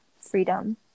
freedom